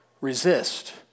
resist